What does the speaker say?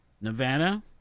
Nevada